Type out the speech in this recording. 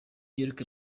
york